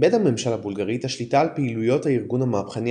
איבד הממשל הבולגרי את השליטה על פעילות הארגון המהפכני